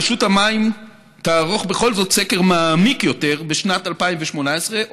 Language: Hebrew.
רשות המים תערוך בכל זאת סקר מעמיק יותר בשנת 2018,